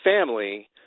family